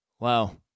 Wow